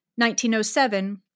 1907